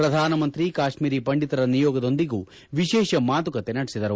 ಶ್ರಧಾನಮಂತ್ರಿ ಕಾಶ್ಮೀರಿ ಪಂಡಿತರ ನಿಯೋಗದೊಂದಿಗೂ ವಿಶೇಷ ಮಾತುಕತೆ ನಡೆಸಿದರು